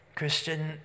Christian